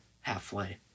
halfway